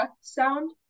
sound